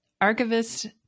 archivist